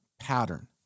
pattern